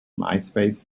myspace